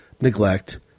neglect